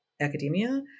academia